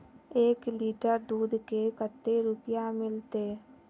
एक लीटर दूध के कते रुपया मिलते?